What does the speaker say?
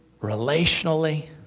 relationally